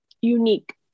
unique